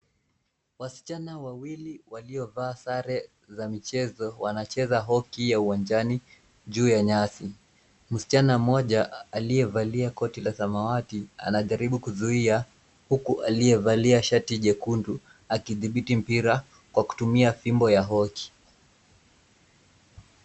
Wasichana wawili waliovaa sare za michezo wanacheza hockey ya uwanjani juu ya nyasi. Msichana mmoja aliyevalia koti la samawati anajaribu kuzuia huku aliyevalia shati jekundu akidhibiti mpira kwa kutumia fimbo ya hockey .